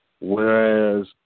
Whereas